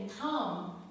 come